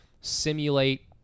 simulate